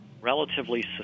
relatively